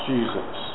Jesus